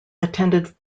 attended